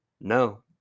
No